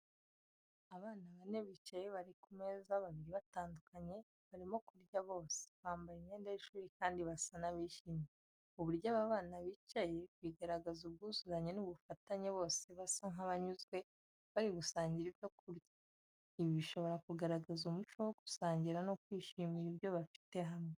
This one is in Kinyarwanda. Abana bane bicaye bari ku meza babiri batandukanye, barimo kurya bose, bambaye imyenda y’ishuri kandi basa n’abishimye. Uburyo aba bana bicaye bigaragaza ubwuzuzanye n'ubufatanye bose basa nk’abanyuzwe, bari gusangira ibyo kurya. Ibi bishobora kugaragaza umuco wo gusangira no kwishimira ibyo bafite hamwe.